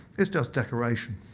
it's just decoration.